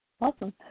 Awesome